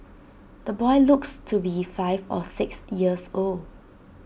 the boy looks to be five or six years old